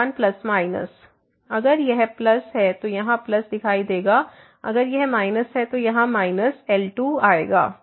L1 ± अगर यह plus है तो यहां प्लस दिखाई देगा अगर यहां माइनस है तो माइनस L2 आएगा